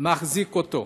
מחזיק אותו.